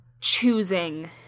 choosing